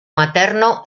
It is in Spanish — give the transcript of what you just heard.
materno